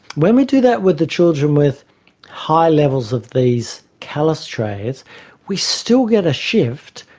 when we do that with the children with high levels of these callous traits we still get a shift,